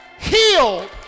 healed